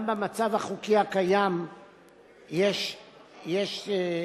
גם במצב החוקי הקיים יש פתרונות,